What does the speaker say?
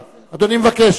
פלסנר, קבוצת